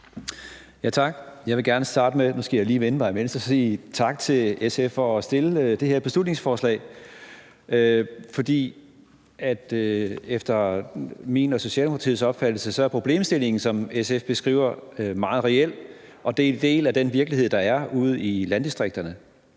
Tak. Jeg vil gerne starte med at sige tak til SF for at fremsætte det her beslutningsforslag, for efter min og Socialdemokratiets opfattelse er problemstillingen, som SF beskriver, meget reel, og det er en del af den virkelighed, der er ude i landdistrikterne.